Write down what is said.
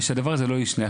ושהדבר הזה לא ישנה,